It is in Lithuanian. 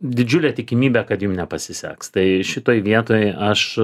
didžiulė tikimybė kad jum nepasiseks tai šitoj vietoj aš